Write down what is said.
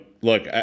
look